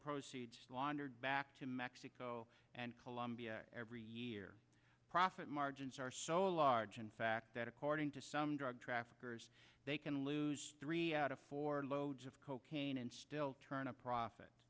proceeds laundered back to mexico and colombia every year profit margins are so large in fact that according to some drug traffickers they can lose three out of four loads of cocaine and still turn a profit